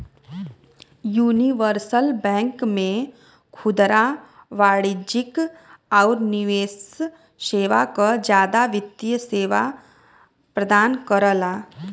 universal bank में खुदरा वाणिज्यिक आउर निवेश सेवा क जादा वित्तीय सेवा प्रदान करला